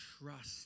trust